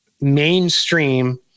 mainstream